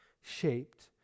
shaped